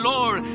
Lord